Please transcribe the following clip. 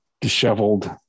disheveled